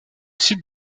site